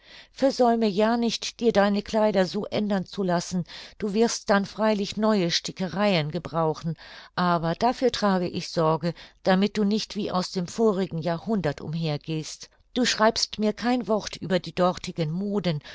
versäume ja nicht dir deine kleider so ändern zu lassen du wirst dann freilich neue stickereien gebrauchen aber dafür trage ich sorge damit du nicht wie aus dem vorigen jahrhundert umher gehst du schreibst mir kein wort über die dortigen moden